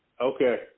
Okay